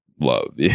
love